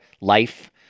life